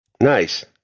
Nice